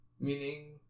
Meaning